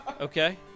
okay